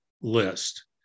list